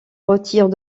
retire